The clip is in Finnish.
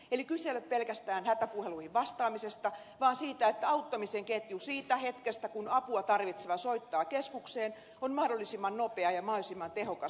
eli kyse ei ole pelkästään hätäpuheluihin vastaamisesta vaan siitä että auttamisen ketju siitä hetkestä kun apua tarvitseva soittaa keskukseen on mahdollisimman nopea ja mahdollisimman tehokas